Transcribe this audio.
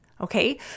Okay